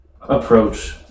approach